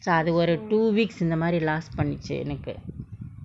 so அது ஒரு:athu oru two weeks இந்த மாறி:indtha maari last பண்ணிச்சி எனக்கு:pannichi enakku